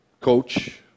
coach